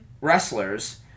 wrestlers